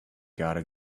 gotta